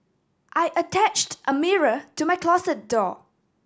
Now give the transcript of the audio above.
I attached a mirror to my closet door